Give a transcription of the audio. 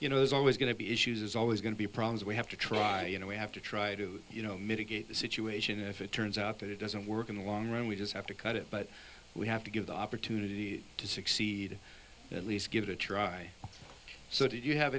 you know there's always going to be issues is always going to be problems we have to try and we have to try to you know mitigate the situation if it turns out that it doesn't work in the long run we just have to cut it but we have to give the opportunity to succeed at least give it a try so do you have